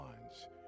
Lines